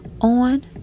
on